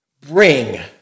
bring